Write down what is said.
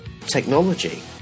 Technology